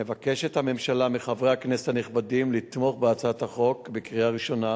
מבקשת הממשלה מחברי הכנסת הנכבדים לתמוך בהצעת החוק בקריאה ראשונה